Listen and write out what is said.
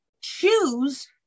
choose